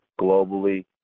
globally